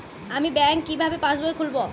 আমি ব্যাঙ্ক কিভাবে পাশবই খুলব?